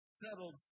settled